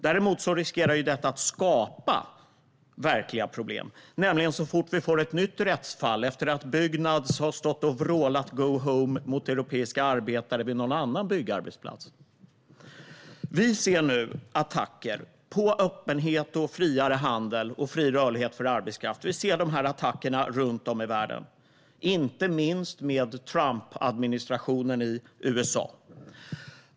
Däremot riskerar detta att skapa verkliga problem så fort vi får ett nytt rättsfall efter att Byggnads har stått och vrålat "go home" mot europeiska arbetare vid någon annan byggarbetsplats. Vi ser nu attacker på öppenhet, friare handel och fri rörlighet för arbetskraft. Vi ser de attackerna runt om i världen, inte minst med Trumpadministrationen i USA.